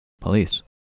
Police